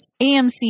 AMC